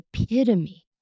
epitome